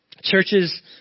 churches